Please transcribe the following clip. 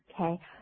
Okay